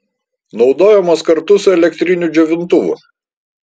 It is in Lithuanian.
naudojamos kartu su elektriniu džiovintuvu